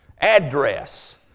address